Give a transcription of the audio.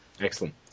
Excellent